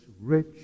rich